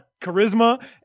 charisma